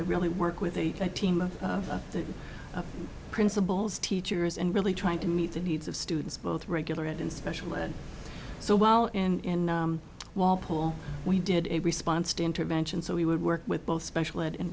i really work with a team of the principals teachers and really trying to meet the needs of students both regular and in special ed so well in walpole we did a response to intervention so we would work with both special ed